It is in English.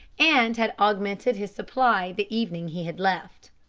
and had augmented his supply the evening he had left.